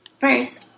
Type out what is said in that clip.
first